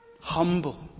humble